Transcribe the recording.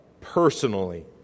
personally